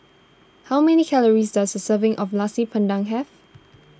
how many calories does a serving of Nasi Padang have